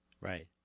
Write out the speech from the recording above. Right